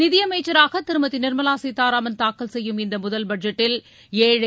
நிதியமைச்சராக திருமதி நிர்மலா சீதாராமன் தாக்கல் செய்யும் இந்த முதல் பட்ஜெட்டில் ஏழை